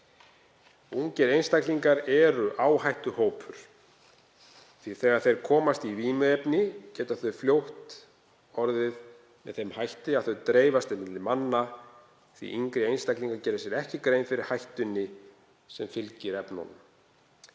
Ungir einstaklingar eru áhættuhópur því að þegar þeir komast í vímuefni getur það fljótt orðið með þeim hætti að þau dreifast milli manna því að yngri einstaklingar gera sér ekki grein fyrir hættunni sem fylgir efnunum.